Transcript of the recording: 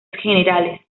generales